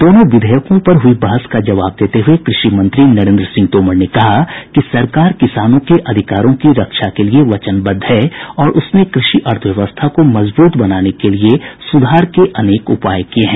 दोनो विधेयकों पर हुई बहस का जबाव देते हए कृषि मंत्री नरेन्द्र सिंह तोमर ने कहा कि सरकार किसानों के अधिकारों की रक्षा के लिए वचनबद्ध है और उसने कृषि अर्थव्यवस्था को मजबूत बनाने के लिए सुधार के अनेक उपाय किए हैं